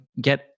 get